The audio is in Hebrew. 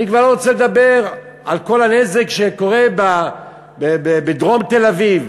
אני כבר לא רוצה לדבר על כל הנזק שקורה בדרום תל-אביב,